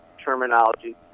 terminology